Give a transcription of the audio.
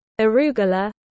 arugula